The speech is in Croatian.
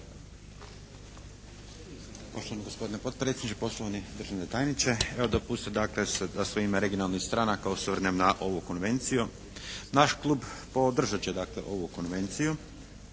Poštovani gospodine potpredsjedniče, poštovani državni tajniče. Evo dopustite dakle da se u ime regionalnih stranaka osvrnem na ovu Konvenciju. Naš klub podržat će dakle ovu Konvenciju,